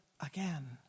again